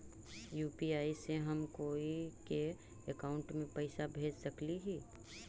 UPI से हम कोई के अकाउंट में पैसा भेज सकली ही?